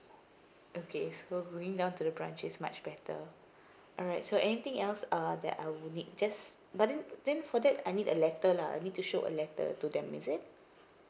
okay so going down to the branch is much better alright so anything else uh that I will need just but then then for that I need a letter lah I need to show a letter to them is it